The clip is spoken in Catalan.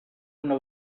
una